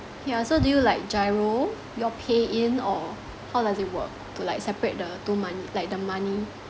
yeah so do you like GIRO your pay in or how does it work to like separate the two money like the money